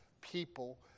people